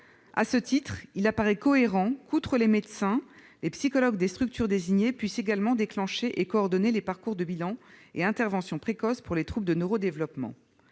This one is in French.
À ce titre, il apparaît cohérent que, outre les médecins, les psychologues des structures désignées puissent également déclencher et coordonner les parcours de bilan et intervention précoce pour les troubles du neurodéveloppement.